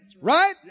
right